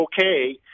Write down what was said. okay